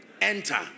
enter